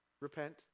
repent